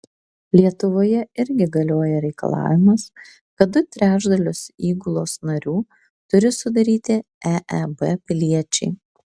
lietuvoje irgi galioja reikalavimas kad du trečdalius įgulos narių turi sudaryti eeb piliečiai